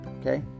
Okay